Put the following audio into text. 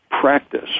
practice